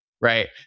right